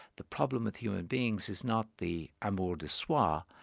the problem with human beings is not the amour de soi, ah